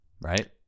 right